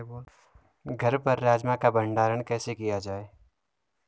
घर पर राजमा का भण्डारण कैसे किया जाय?